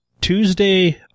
Tuesday